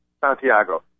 Santiago